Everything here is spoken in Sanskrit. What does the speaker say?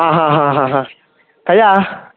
हा हा हा हा हा कया